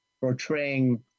portraying